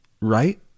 right